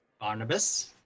Barnabas